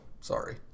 sorry